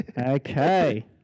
Okay